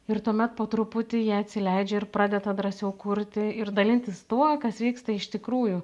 ir tuomet po truputį jie atsileidžia ir pradeda drąsiau kurti ir dalintis tuo kas vyksta iš tikrųjų